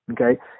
okay